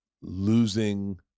losing